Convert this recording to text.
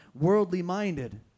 Worldly-minded